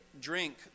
drink